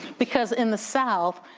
because in the south,